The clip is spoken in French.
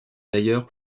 d’ailleurs